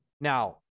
now